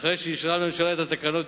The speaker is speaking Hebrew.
אחרי שאישרה הממשלה את התקנות,